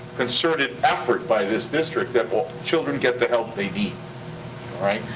concerted effort by this district that but children get the help they need, all right?